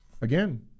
again